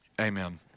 amen